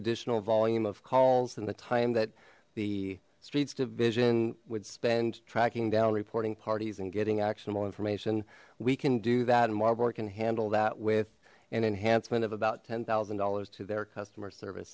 additional volume of calls and the time that the streets division would spend tracking down reporting parties and getting actionable information we can do that and marburg can handle that with an enhancement of about ten thousand dollars to their customer service